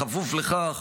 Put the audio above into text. כפוף לכך